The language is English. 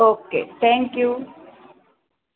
okay thank you